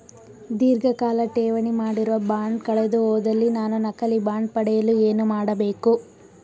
ಧೀರ್ಘಕಾಲ ಠೇವಣಿ ಮಾಡಿರುವ ಬಾಂಡ್ ಕಳೆದುಹೋದಲ್ಲಿ ನಾನು ನಕಲಿ ಬಾಂಡ್ ಪಡೆಯಲು ಏನು ಮಾಡಬೇಕು?